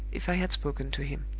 if i had spoken to him.